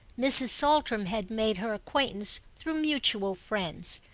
mrs. saltram had made her acquaintance through mutual friends.